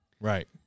right